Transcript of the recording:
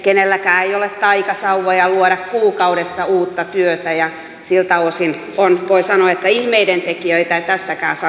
kenelläkään ei ole taikasauvoja luoda kuukaudessa uutta työtä ja siltä osin voi sanoa että ihmeidentekijöitä ei tässäkään salissa heti löydy